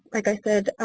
like i said,